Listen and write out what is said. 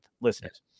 listeners